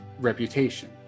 reputation